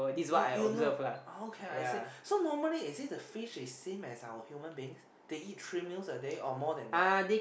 you you know okay I see so normally is it the fish is same as our human being they eat three meals a day or more than that